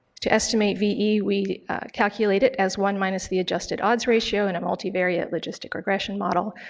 to estimate ve we calculate it as one minus the adjusted odds ratio in a multi-variant logistic regression model,